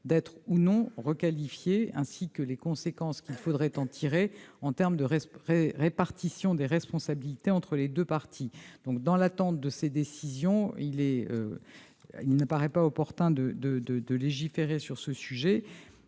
d'être, ou non, requalifié, ainsi que les conséquences qu'il faudrait en tirer en termes de répartition des responsabilités entre les deux parties. Dans l'attente de ces décisions, il ne paraît pas opportun de légiférer sur ce sujet.